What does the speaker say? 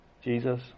Jesus